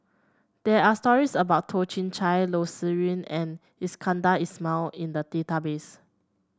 there are stories about Toh Chin Chye Loh Sin Yun and Iskandar Ismail in the database